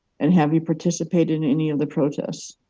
and have you participated in any of the protests?